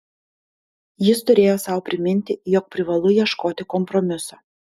jis turėjo sau priminti jog privalu ieškoti kompromiso